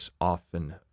often